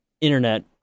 internet